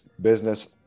business